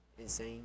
insane